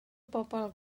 bobl